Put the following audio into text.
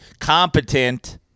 competent